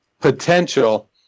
potential